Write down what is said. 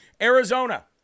Arizona